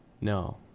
No